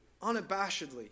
unabashedly